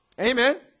Amen